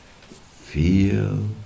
Feel